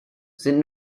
sind